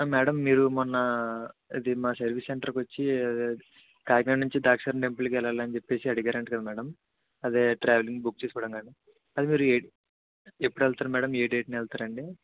madam మీరు మొన్న ఇది మా సర్వీస్ సెంటర్కి వచ్చి కాకినాడ నుంచి ద్రాక్షారామం టెంపుల్కి వెళ్ళాలని చెప్పేసి అడిగారంట కదా మేడం అదే అండి ట్రావెలింగ్ బుక్ చేసుకోవడానికి అది మీరు ఎప్పుడు వెళ్తారు మేడం ఏ డేట్న వెళ్తారండి